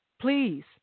please